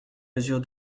mesure